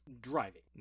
driving